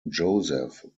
joseph